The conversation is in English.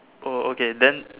oh okay then